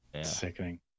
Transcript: Sickening